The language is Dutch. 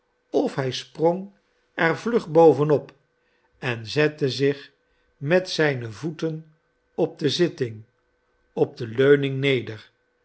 of hij sprong er vlug bovenop en zette zich met zijne voeten op de zitting op de leuning neder